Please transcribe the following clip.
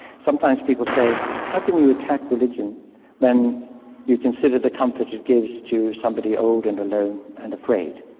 sometimes people say how can you attack religion when you consider the comfort it gives to somebody old and alone and afraid.